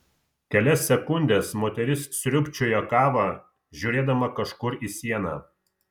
kelias sekundes moteris sriūbčiojo kavą žiūrėdama kažkur į sieną